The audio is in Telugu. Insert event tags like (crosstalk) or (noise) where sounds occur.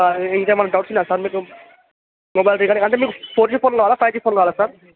ఇంకేమైనా డౌట్స్ ఉన్నయా సార్ మీకు మొబైల్ (unintelligible) అంటే మీకు ఫోర్ జి ఫోన్ కావాలా ఫైవ్ జి ఫోన్ కావాలా సార్